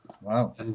Wow